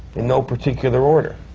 in no particular order.